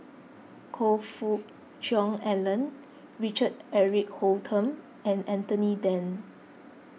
Choe Fook Cheong Alan Richard Eric Holttum and Anthony then